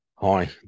Hi